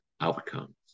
outcomes